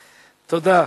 תודה.